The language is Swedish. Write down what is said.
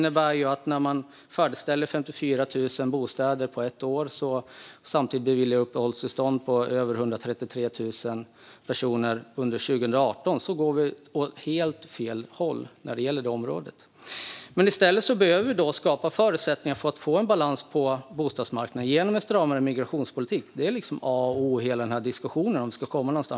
När man färdigställer 54 000 bostäder på ett år, 2018, och samtidigt beviljar uppehållstillstånd åt 133 000 personer går vi åt helt fel håll. I stället behöver vi skapa förutsättningar för att få en balans på bostadsmarknaden genom en stramare migrationspolitik. Det är A och O i hela den här diskussionen.